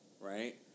right